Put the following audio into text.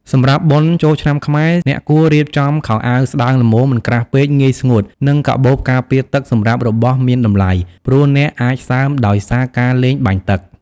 សម្រាប់បុណ្យឆ្នាំខ្មែរ អ្នកគួររៀបចំខោអាវស្ដើងល្មម មិនក្រាស់ពេក ងាយស្ងួត និងកាបូបការពារទឹកសម្រាប់របស់មានតម្លៃ ព្រោះអ្នកអាចសើមដោយសារការលេងបាញ់ទឹក។